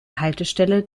haltestelle